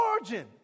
origin